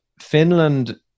Finland